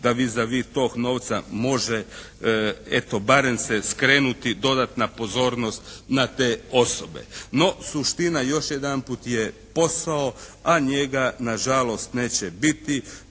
da vis a vis tog novca može eto, barem se skrenuti dodatna pozornost na te osobe. No, suština još jedanput je posao, a njega nažalost neće biti.